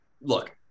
look